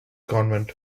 government